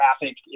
traffic